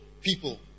people